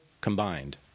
combined